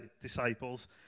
disciples